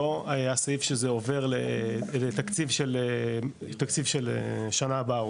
לא היה סעיף שזה עובר לתקציב של שנה הבאה,